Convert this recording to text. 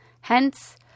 Hence